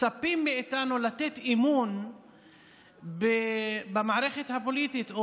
מצפים מאיתנו לתת אמון במערכת הפוליטית או